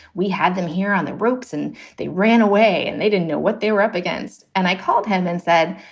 we had them here on the ropes and they ran away and they didn't know what they were up against. and i called him and said,